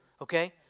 okay